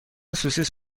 سوسیس